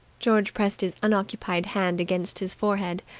george pressed his unoccupied hand against his forehead.